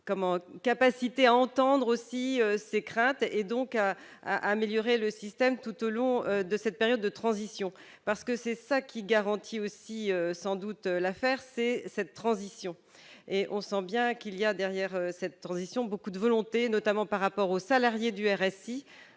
capacité à entendre ces craintes et donc à améliorer le système, tout au long de cette période de transition, période qui garantit aussi, sans doute, la réussite de l'affaire. On voit bien qu'il y a derrière cette transition beaucoup de volonté, notamment par rapport aux salariés du RSI,